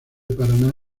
paraná